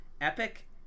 Epic